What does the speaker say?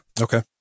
Okay